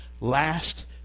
last